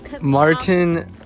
Martin